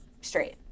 straight